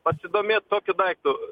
pasidomėt tokiu daiktu